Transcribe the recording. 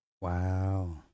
Wow